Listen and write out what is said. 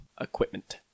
equipment